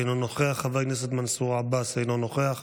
אינו נוכח, חבר הכנסת מנסור עבאס, אינו נוכח,